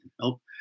help